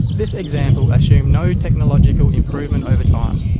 this example assumed no technological improvement over time.